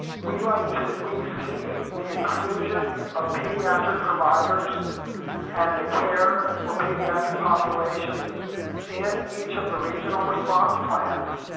we like to we see the inclusion of pediatric providers and the care for pediatric populations in each of the regional response plans.